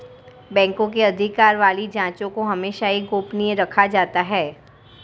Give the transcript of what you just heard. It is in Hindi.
बैंकों के अधिकार वाली जांचों को हमेशा ही गोपनीय रखा जाता है